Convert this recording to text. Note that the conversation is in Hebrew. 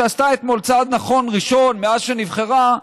שעשתה אתמול צעד נכון ראשון מאז שנבחרה,